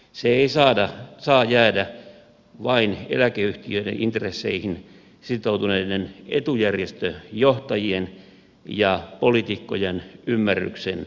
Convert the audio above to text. se ei saa jäädä vain eläkeyhtiöiden intresseihin sitoutuneiden etujärjestöjohtajien ja poliitikkojen ymmärryksen varaan